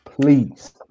Please